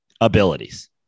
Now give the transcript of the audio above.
abilities